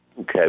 Okay